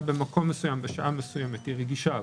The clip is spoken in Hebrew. במקום מסוים בשעה מסוימת היא רגישה עבורו,